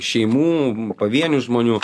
šeimų pavienių žmonių